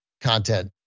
content